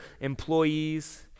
employees